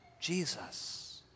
Jesus